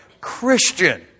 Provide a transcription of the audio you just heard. Christian